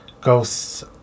ghosts